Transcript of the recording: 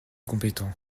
compétents